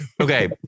Okay